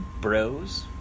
bros